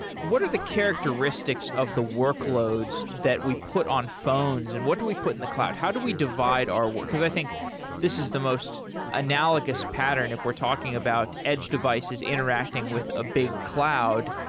what are the characteristics of the workloads that we put on phones, and what do we put in the cloud? how do we divide our work? because i think this is the most analogous pattern. if we're talking about edge devices interacting with a big cloud,